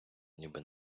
ніби